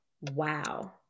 Wow